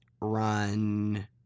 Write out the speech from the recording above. run